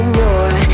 more